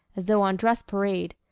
as though on dress parade.